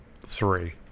three